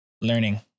Learning